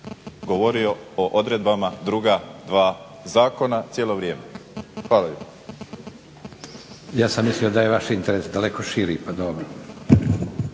govorio o odredbama druga dva zakona cijelo vrijeme. Hvala lijepo. **Leko, Josip (SDP)** Ja sam mislio da je vaš interes daleko širi, pa dobro.